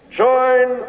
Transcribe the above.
join